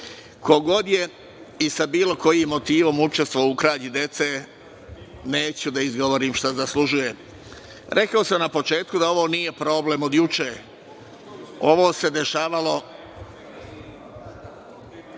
ko god je i sa bilo kojim motivom učestvovao u krađi dece, neću da izgovorim šta zaslužuje. Rekao sam na početku da ovo nije problem od juče, ovo se dešavalo